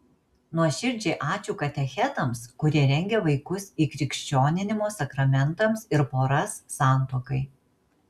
nuoširdžiai ačiū katechetams kurie rengia vaikus įkrikščioninimo sakramentams ir poras santuokai